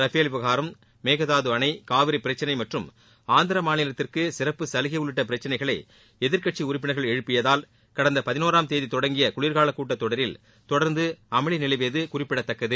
ஃபேல் விவகாரம் மேகதாது அணை காவிரி பிரச்னை மற்றம் ஆந்திர மாநிலத்திற்கு சிறப்பு சலுகை உள்ளிட்ட பிரச்னைகளை எதிர்க்கட்சி உறுப்பினர்கள் எழுப்பியதால் கடந்த பதினோராம் தேதி தொடங்கிய குளிர்காலக் கூட்டத்தொடரில் தொடர்ந்து அமளி நிலவியது குறிப்பிடத்தக்கது